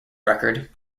record